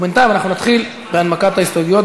ובינתיים אנחנו נתחיל בהנמקת ההסתייגויות